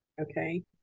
okay